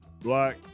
black